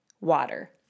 water